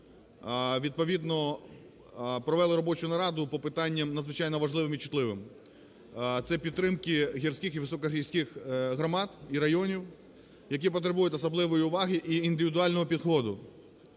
відповідно провели робочу нараду по питанням надзвичайно важливим і чутливим – це підтримки гірських і високогірських громад і районів, які потребують особливої уваги і індивідуального підходу.